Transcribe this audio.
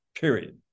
period